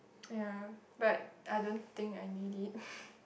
!aiya! but I don't think I need it